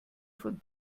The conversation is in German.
von